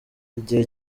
igihe